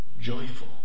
joyful